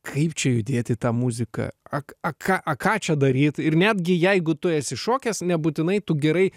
kaip čia judėt į tą muziką ak a ką a ką čia daryt ir netgi jeigu tu esi šokęs nebūtinai tu gerai